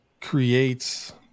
creates